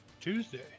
Tuesday